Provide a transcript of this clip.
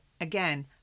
again